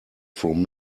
from